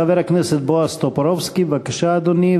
חבר הכנסת בועז טופורובסקי, בבקשה, אדוני.